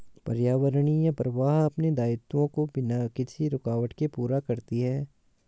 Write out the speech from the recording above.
पर्यावरणीय प्रवाह अपने दायित्वों को बिना किसी रूकावट के पूरा करती है